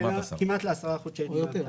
כמעט 10. כמעט ל-10 חודשי דמי אבטלה.